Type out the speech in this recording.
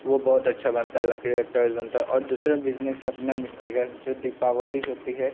वे बहुत अच्छे बनते हैं लकड़ी के टॉयज़ बनते और दूसरा बिज़नेस अपना मिट्टी के जो दीपावली होती है